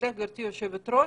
גברתי היושבת-ראש,